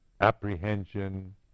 apprehension